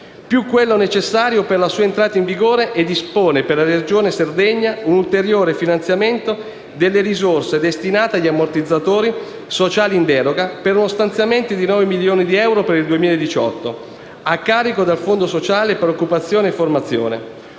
più quello necessario per la sua entrata in vigore, e dispone per la Regione Sardegna un ulteriore finanziamento delle risorse destinate agli ammortizzatori sociali in deroga per uno stanziamento di 9 milioni di euro per il 2018 a carico del Fondo sociale per occupazione e formazione.